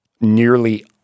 nearly